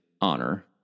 honor